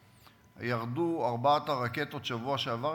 ירדו ארבע הרקטות בשבוע שעבר,